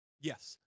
Yes